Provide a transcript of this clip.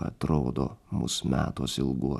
atrodo mūs metuos ilguos